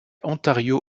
ontario